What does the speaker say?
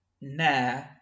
nah